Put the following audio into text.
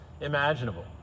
imaginable